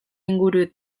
inguru